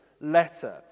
letter